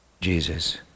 Jesus